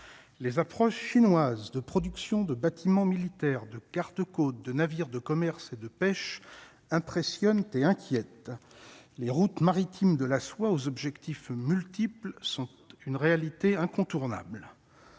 les approches chinoise de production de bâtiments militaires de cartes de navires de commerce et de pêche impressionne et inquiète les routes maritimes de la soie aux objectifs multiples sont une réalité incontournable